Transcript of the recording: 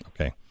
Okay